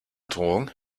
drohung